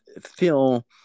feel